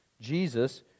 Jesus